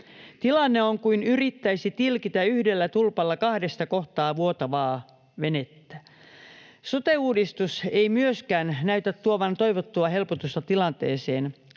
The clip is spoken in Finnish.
Tilanne on kuin yrittäisi tilkitä yhdellä tulpalla kahdesta kohtaa vuotavaa venettä. Myöskään sote-uudistus ei näytä tuovan toivottua helpotusta tilanteeseen.